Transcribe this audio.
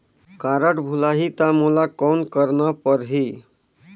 Card भुलाही ता मोला कौन करना परही?